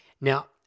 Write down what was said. Now